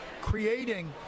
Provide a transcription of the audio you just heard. creating